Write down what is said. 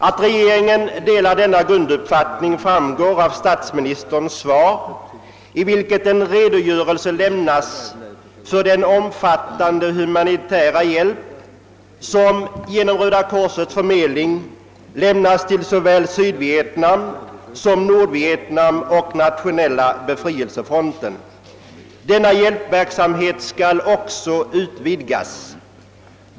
Att regeringen delar denna grunduppfattning framgår av statsministerns svar, i vilket en redogörelse lämnas för den omfattande humanitära hjälp som genom Röda korsets förmedling lämnas till såväl Sydvietnam som Nordvietnam och Nationella befrielsefronten. Denna hjälpverksamhet skall också utvidgas.